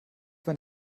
wenn